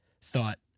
thought